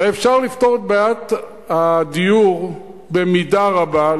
הרי אפשר לפתור את בעיית הדיור במידה רבה,